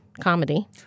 comedy